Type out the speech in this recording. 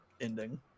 ending